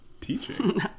teaching